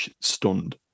stunned